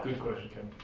question, ken.